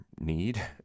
need